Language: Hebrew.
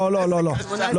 לא, לא, לא.